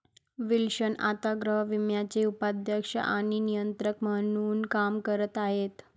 Wilson आता गृहविम्याचे उपाध्यक्ष आणि नियंत्रक म्हणून काम करत आहेत